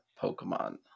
Pokemon